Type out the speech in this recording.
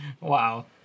Wow